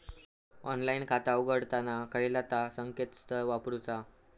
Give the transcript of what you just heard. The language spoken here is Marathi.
ऑनलाइन खाता उघडताना खयला ता संकेतस्थळ वापरूचा?